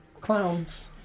clowns